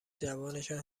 جوانشان